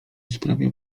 sprawia